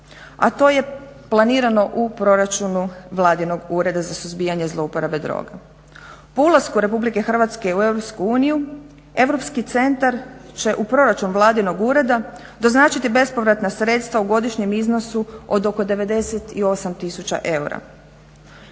A to je planirano u proračunu Vladinog ureda za suzbijanje zlouporabe droge. Po ulasku Republike Hrvatske u Europsku uniju, Europski centar će u proračun Vladinog ureda doznačiti bespovratna sredstva u godišnjem iznosu od oko 98 tisuća eura.